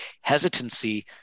hesitancy